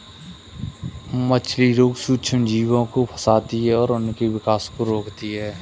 मछली रोग सूक्ष्मजीवों को फंसाती है और उनके विकास को रोकती है